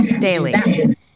daily